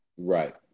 Right